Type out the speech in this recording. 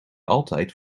altijd